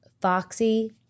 Foxy